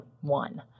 one